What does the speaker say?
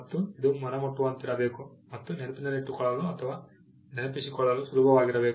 ಮತ್ತು ಇದು ಮನಮುಟ್ಟುವಂತಿರಬೇಕು ಮತ್ತು ನೆನಪಿಟ್ಟುಕೊಳ್ಳಲು ಅಥವಾ ನೆನಪಿಸಿಕೊಳ್ಳಲು ಸುಲಭವಾಗಿರಬೇಕು